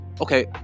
okay